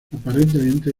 aparentemente